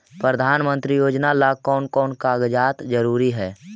प्रधानमंत्री योजना ला कोन कोन कागजात जरूरी है?